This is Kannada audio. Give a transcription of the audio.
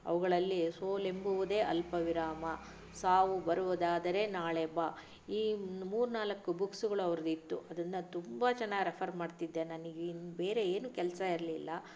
ಅವುಗಳಲ್ಲಿ ಸೋಲು ಎಂಬುವುದೇ ಅಲ್ಪ ವಿರಾಮ ಸಾವು ಬರುವುದಾದರೆ ನಾಳೆ ಬಾ ಈ ಮೂರು ನಾಲ್ಕು ಬುಕ್ಸ್ಗಳು ಅವರದಿತ್ತು ಅದನ್ನು ತುಂಬ ಚೆನ್ನಾಗಿ ರೆಫರ್ ಮಾಡ್ತಿದ್ದೆ ನನಗಿನ್ನು ಬೇರೆ ಏನೂ ಕೆಲಸ ಇರಲಿಲ್ಲ